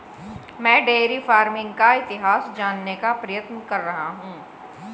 मैं dairy farming का इतिहास जानने का प्रयत्न कर रहा हूं